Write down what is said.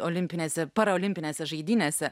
olimpinėse parolimpinėse žaidynėse